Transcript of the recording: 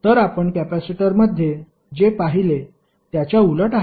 तर आपण कॅपेसिटरमध्ये जे पाहिले त्याच्या उलट आहे